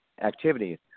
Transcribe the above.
activities